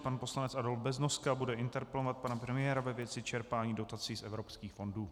Pan poslanec Adolf Beznoska bude interpelovat pana premiéra ve věci čerpání dotací z evropských fondů.